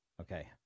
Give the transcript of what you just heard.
Okay